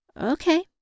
Okay